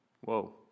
Whoa